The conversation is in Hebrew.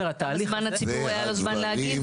זמן לציבור, היה לו זמן להגיב?